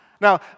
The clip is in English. Now